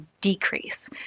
decrease